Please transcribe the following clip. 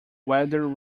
whether